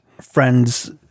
friends